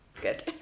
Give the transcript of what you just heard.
Good